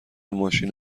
ماشین